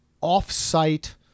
off-site